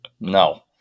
No